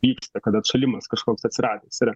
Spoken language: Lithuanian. vyksta kad atšalimas kažkoks atsiradęs yra